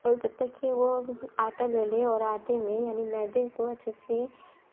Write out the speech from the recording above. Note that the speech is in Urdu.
اور جب تک کہ وہ آٹا لے لے اور آٹے میں یعنی میدے کو اچھے سے